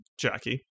Jackie